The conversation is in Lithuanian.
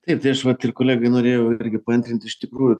taip tai aš vat ir kolegai norėjau irgi paantrint iš tikrųjų